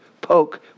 poke